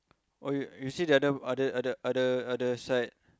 oh you you see the other other other other other side